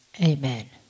Amen